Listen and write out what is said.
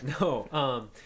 no